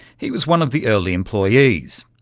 he was one of the early employees.